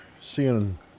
seeing